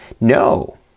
no